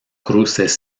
cruces